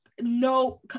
no